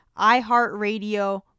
iHeartRadio